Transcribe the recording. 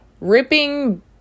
ripping